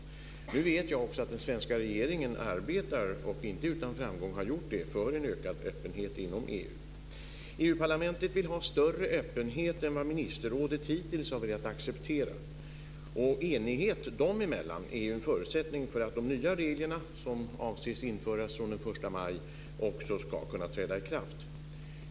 Jag vet också att den svenska regeringen arbetar för, och inte utan framgång har gjort det, för en ökad öppenhet inom EU-parlamentet vill ha en större öppenhet än vad ministerrådet hittills har velat acceptera. Enighet dem emellan är en förutsättning för att de nya reglerna, som avses införas från den 1 maj, också ska kunna träda i kraft.